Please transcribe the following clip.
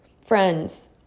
friends